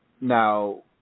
Now